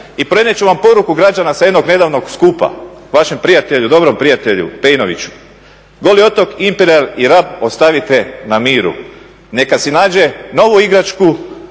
I prenijeti ću vam poruku građana sa jednog nedavnog skupa vašem prijatelju, dobrom prijatelju Pejnoviću , Imperijal i Rab ostavite na miru, neka si nađe novu igračku